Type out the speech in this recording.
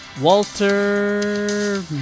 Walter